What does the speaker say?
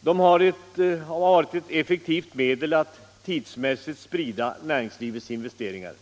De har varit ett effektivt medel att tidsmässigt sprida näringslivets investeringar.